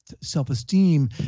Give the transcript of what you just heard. self-esteem